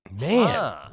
Man